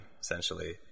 essentially